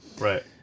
Right